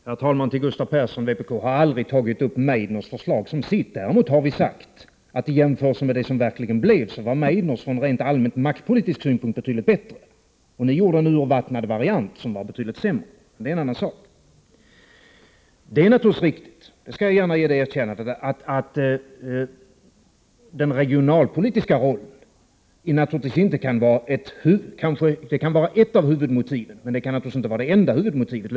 Herr talman! Till Gustav Persson vill jag säga att vpk aldrig har tagit upp Meidners förslag som sitt. Däremot har vi sagt att i jämförelse med det förslag som verkligen antogs var Meidners förslag, från rent allmän maktpolitisk synpunkt, betydligt bättre. Ni presenterade en urvattnad variant som var betydligt sämre. Det är riktigt — jag ger gärna det erkännandet — att den regionalpolitiska rollen kan vara ett av huvudmotiven för införande av löntagarfonder men naturligtvis inte det enda huvudmotivet.